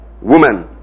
woman